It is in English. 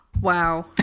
wow